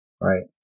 right